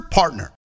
partner